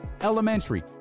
elementary